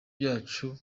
byacu